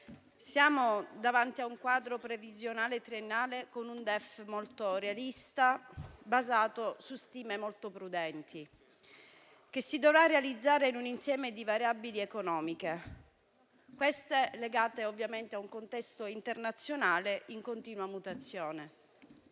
siamo davanti a un quadro previsionale triennale con un DEF molto realista, basato su stime molto prudenti, che si dovrà realizzare in un insieme di variabili economiche legate ovviamente a un contesto internazionale in continua mutazione.